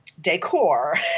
decor